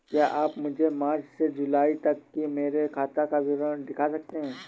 क्या आप मुझे मार्च से जूलाई तक की मेरे खाता का विवरण दिखा सकते हैं?